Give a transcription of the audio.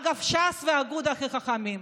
אגב, ש"ס ואגודה הכי חכמים,